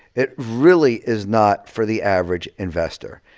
it really is not for the average investor.